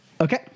Okay